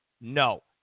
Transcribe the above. no